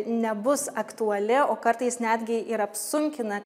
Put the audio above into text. nebus aktuali o kartais netgi ir apsunkina